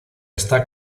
está